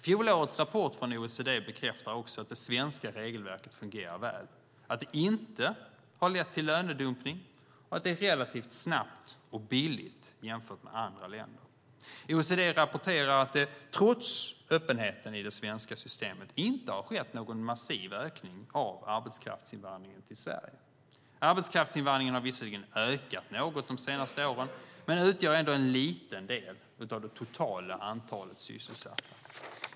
Fjolårets rapport från OECD bekräftar också att det svenska regelverket fungerar väl, att det inte har lett till lönedumpning och att det är relativt snabbt och billigt jämfört med andra länder. OECD rapporterar att det trots öppenheten i det svenska systemet inte har skett någon massiv ökning av arbetskraftsinvandringen till Sverige. Arbetskraftsinvandringen har visserligen ökat något de senaste åren, men utgör ändå en liten del av det totala antalet sysselsatta.